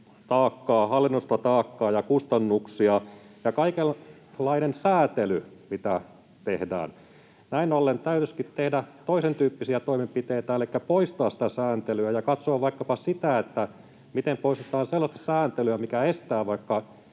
taakkaa, hallinnollista taakkaa ja kustannuksia, samoin kaikenlainen säätely, mitä tehdään. Näin ollen täytyisikin tehdä toisentyyppisiä toimenpiteitä, elikkä poistaa sitä sääntelyä ja katsoa vaikkapa sitä, miten poistetaan sellaista sääntelyä, mikä estää vaikka